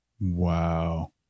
Wow